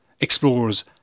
explores